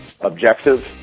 objective